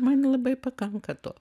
man labai pakanka to